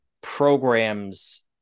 programs